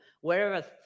wherever